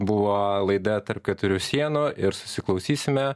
buvo laida tarp keturių sienų ir susiklausysime